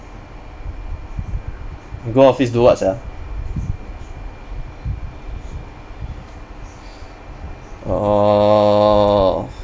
go office do what sia orh